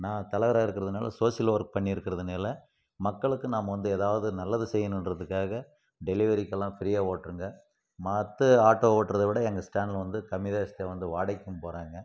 நான் தலைவராக இருக்கிறதுனால சோசியல் ஒர்க் பண்ணியிருக்குறதுனால மக்களுக்கும் நாம் வந்து ஏதாவது நல்லது செய்யணுங்றத்துக்காக டெலிவரிக்கெல்லாம் ஃப்ரீயாக ஓட்டுறோம்ங்க மற்ற ஆட்டோ ஓட்டுகிறத விட எங்கள் ஸ்டாண்டில் வந்து கம்மி காசுக்கும் வந்து வாடகைக்கும் போகிறாங்க